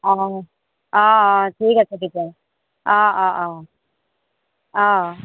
অ অ অ ঠিক আছে তেতিয়াহ'লে অ অ অ অ